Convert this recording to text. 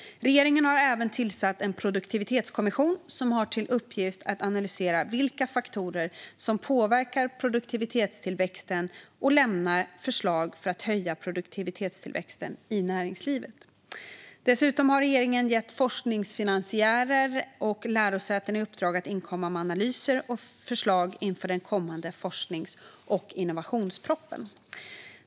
Regeringen har även tillsatt en produktivitetskommission som har till uppgift att analysera vilka faktorer som påverkar produktivitetstillväxten och lämna förslag för att höja produktivitetstillväxten i näringslivet. Dessutom har regeringen gett forskningsfinansiärer och lärosäten i uppdrag att inkomma med analyser och förslag inför den kommande forsknings och innovationspropositionen.